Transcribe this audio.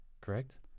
correct